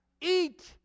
Eat